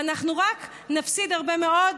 ואנחנו רק נפסיד הרבה מאוד,